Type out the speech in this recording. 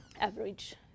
average